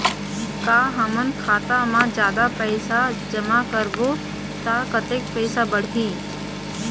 का हमन खाता मा जादा पैसा जमा करबो ता कतेक पैसा बढ़ही?